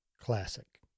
Classic